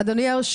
אדוני היו"ר,